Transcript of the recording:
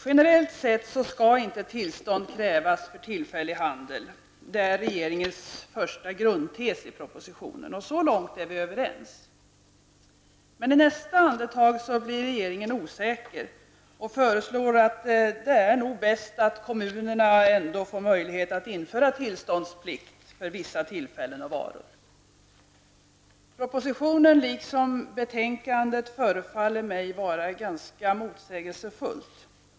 Generellt sett skall inte tillstånd krävas för tillfällig handel. Det är regeringens första grundtes i propositionen. Så långt är vi överens. Men i nästa andetag blir regeringen osäker och föreslår att det nog är bäst att kommunerna ändå får möjlighet att införa tillståndsplikt för vissa tillfällen och varor. Propositionen -- liksom det här betänkandet -- förefaller mig att vara ganska motsägelsefullt.